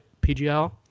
PGL